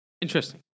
Interesting